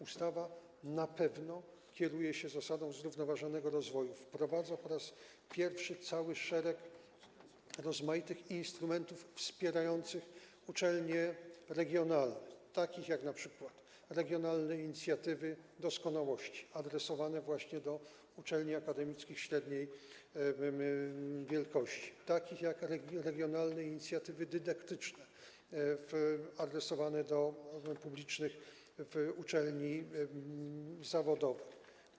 Ustawa na pewno kieruje się zasadą zrównoważonego rozwoju, wprowadza po raz pierwszy cały szereg rozmaitych instrumentów wspierających uczelnie regionalne, takich jak np. regionalne inicjatywy doskonałości, adresowane do uczelni akademickich średniej wielkości, regionalne inicjatywy dydaktyczne adresowane do publicznych uczelni zawodowych.